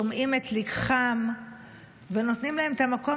שומעים את לקחם ונותנים להם את המקום,